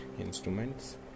instruments